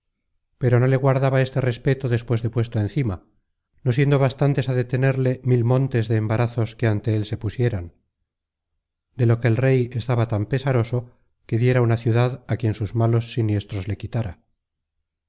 pero no le guardaba este respeto despues de puesto encima no siendo bastantes á detenerle mil montes de embarazos que ante él se pusieran de lo que el rey estaba tan pesaroso que diera una ciudad á quien sus malos siniestros le quitara